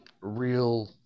Real